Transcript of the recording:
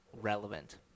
relevant